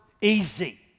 easy